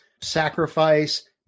sacrifice